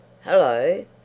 Hello